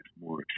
more